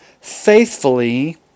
faithfully